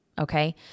okay